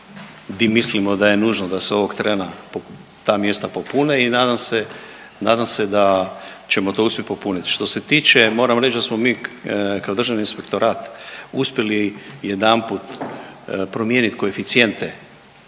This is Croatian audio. di mislimo da je nužno da se ovog trena ta mjesta popune i nadam se da ćemo to uspjeti popuniti. Što se tiče, moram reći da smo mi kao Državni inspektorat uspjeli jedanput promijeniti koeficijente